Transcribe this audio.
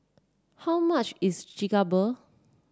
how much is Chigenabe